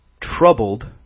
troubled